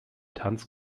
tanz